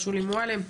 שולי מועלם,